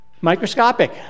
microscopic